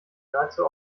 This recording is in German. nahezu